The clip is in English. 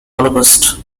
holocaust